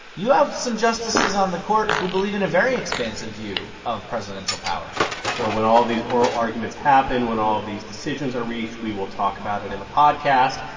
you have some justices on the court who believe in a very expansive view of presidential power well, when all of these oral arguments happen, when all of these decisions are reached, we will talk about it in the podcast.